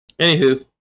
Anywho